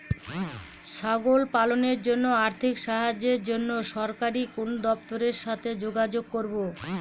ছাগল পালনের জন্য আর্থিক সাহায্যের জন্য সরকারি কোন দপ্তরের সাথে যোগাযোগ করব?